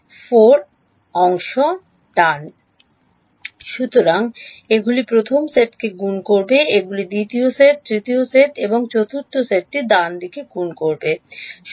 4 অংশ ঠিক আছে সুতরাং এগুলি প্রথম সেটকে গুণ করবে এগুলি দ্বিতীয় সেট তৃতীয় সেট এবং চতুর্থ সেটটি গুণবে ঠিক আছে